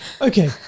okay